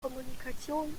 kommunikation